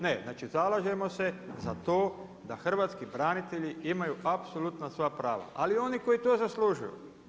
Ne, znači zalažemo se za to da hrvatski branitelji imaju apsolutno sva prava, ali oni koji to zaslužuju.